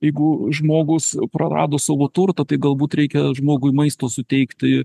jeigu žmogus prarado savo turtą tai galbūt reikia žmogui maisto suteikti